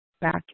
back